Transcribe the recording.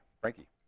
Frankie